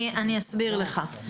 אני אסביר לך.